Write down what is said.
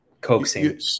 coaxing